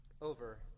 over